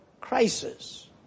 crisis